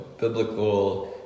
biblical